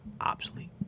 obsolete